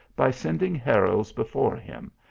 by send ing heralds before him,